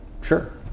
sure